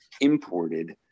imported